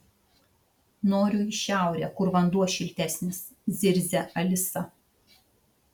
noriu į šiaurę kur vanduo šiltesnis zirzia alisa